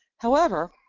however,